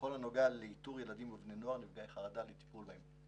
בכל הנוגע לאיתור ילדים ובני נוער נפגעי חרדה לטיפול בהם.